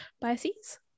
biases